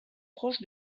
proche